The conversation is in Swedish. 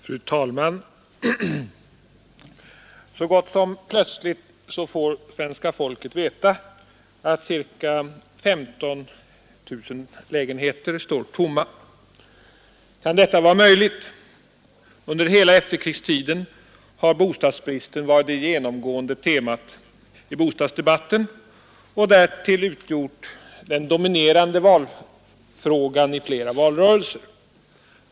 Fru talman! Helt plötsligt får svenska folket veta att cirka 15 000 lägenheter står tomma. Kan detta vara möjligt? Under hela efterkrigstiden har bostadsbristen varit det genomgående temat i bostadsdebatten och därtill utgjort den dominerande valfrågan i flera valrörelser.